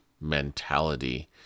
mentality